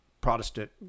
protestant